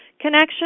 Connection